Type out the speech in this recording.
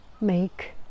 make